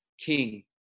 king